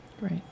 right